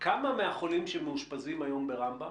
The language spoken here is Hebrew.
כמה מהחולים שמאושפזים היום ברמב"ם,